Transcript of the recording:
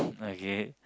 okay